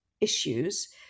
issues